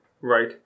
Right